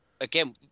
again